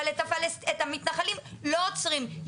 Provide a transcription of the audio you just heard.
אבל את המתנחלים לא עוצרים,